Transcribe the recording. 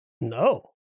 No